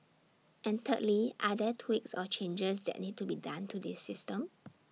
and thirdly are there tweaks or changes that need to be done to this system